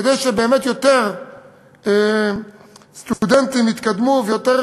כדי שבאמת יותר סטודנטים יתקדמו ויותר